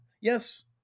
yes